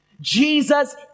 Jesus